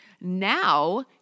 Now